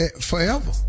forever